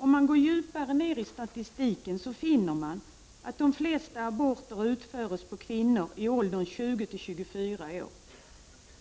Om man går djupare ner i statistiken finner man att de flesta aborter utförs på kvinnor i åldern 20-24 år.